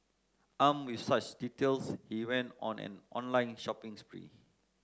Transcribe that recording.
armed with such details he went on an online shopping spree